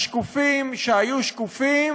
השקופים שהיו שקופים